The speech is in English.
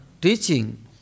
teaching